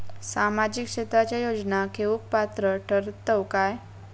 सामाजिक क्षेत्राच्या योजना घेवुक पात्र ठरतव काय?